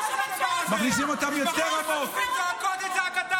מירב ויוראי, שבו ותפסיקו לצעוק.